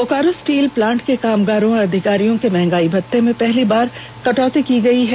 Bokaro steel plant के कामगारों और अधिकारियों के महंगाई भत्ते में पहली बार कटौती की गई है